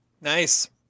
nice